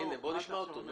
בוא נשמע אותו.